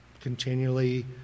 continually